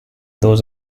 those